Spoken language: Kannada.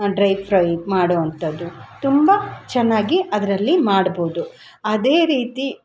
ಡ್ರೈ ಫ್ರೈ ಮಾಡೋವಂಥದು ತುಂಬ ಚೆನ್ನಾಗಿ ಅದರಲ್ಲಿ ಮಾಡ್ಬೋದು ಅದೇ ರೀತಿ